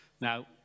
Now